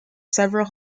several